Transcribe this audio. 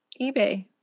eBay